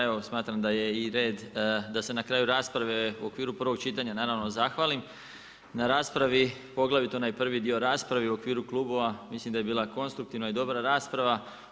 Evo smatram da je i red da se na kraju rasprave u okviru prvog čitanja, naravno zahvalim na raspravi, poglavito onaj prvi dio rasprave i u okviru klubova, mislim da je bila konstruktivna i dobra rasprava.